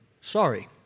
sorry